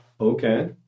Okay